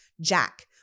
Jack